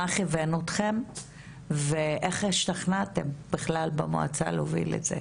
מה כיוון אתכם ואיך השתכנעתם בכלל במועצה להוביל את זה?